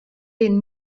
den